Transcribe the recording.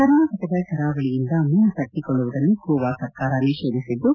ಕರ್ನಾಟಕದ ಕರಾವಳಿಯಂದ ಮೀನು ತರಿಸಿಕೊಳ್ಳುವುದನ್ನು ಗೋವಾ ಸರ್ಕಾರ ನಿಷೇಧಿಸಿದ್ದು